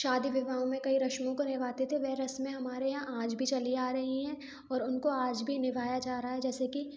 शादी विवाहों में कई रस्मों को निभाते थे वह रस्में हमारे यहाँ आज भी चली आ रही हैं और उनको आज भी निभाया जा रहा है जैसे कि